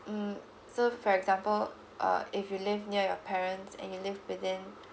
mm so for example uh if you live near your parents and you live within